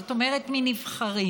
זאת אומרת מנבחרים.